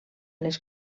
les